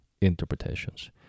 interpretations